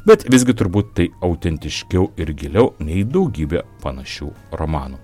bet visgi turbūt tai autentiškiau ir giliau nei daugybė panašių romanų